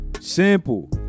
simple